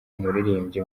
umuririmbyi